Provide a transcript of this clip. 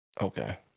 Okay